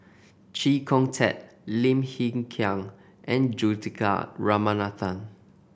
Chee Kong Tet Lim Hng Kiang and Juthika Ramanathan